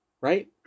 right